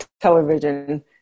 television